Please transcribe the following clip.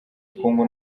bukungu